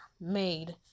made